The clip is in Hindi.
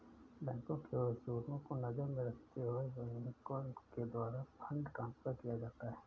बैंकों के उसूलों को नजर में रखते हुए बैंकों के द्वारा फंड ट्रांस्फर किया जाता है